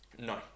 No